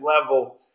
level